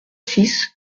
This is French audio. six